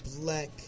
black